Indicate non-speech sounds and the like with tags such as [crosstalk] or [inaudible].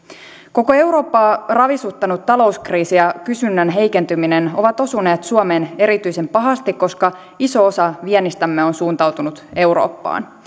koko eurooppaa ravisuttanut talouskriisi ja kysynnän heikentyminen ovat osuneet suomeen erityisen pahasti koska iso osa viennistämme on suuntautunut eurooppaan [unintelligible]